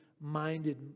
minded